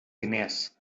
diners